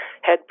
head